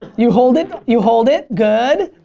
you hold it, you hold it. good.